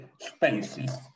spaces